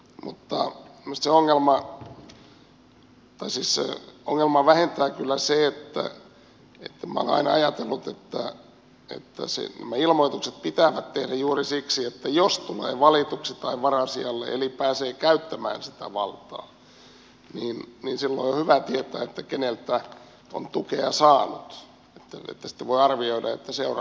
mutta minusta ongelmaa vähentää kyllä se että minä olen aina ajatellut että nämä ilmoitukset pitää tehdä juuri siksi että jos tulee valituksi tai varasijalle eli pääsee käyttämään sitä valtaa niin silloin on hyvä tietää keneltä on tukea saanut että sitten voi arvioida seuraako siitä jotakin